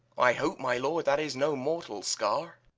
i hope, my lord, that is no mortal scar.